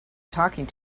talking